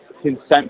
consent